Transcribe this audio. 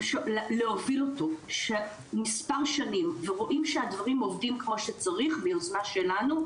להוביל אותו מספר שנים ורואים שהדברים עובדים כמו שצריך ביוזמה שלנו,